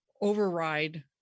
override